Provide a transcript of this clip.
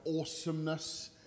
awesomeness